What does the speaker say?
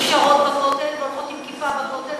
שנשארות בכותל והולכות עם כיפה בכותל,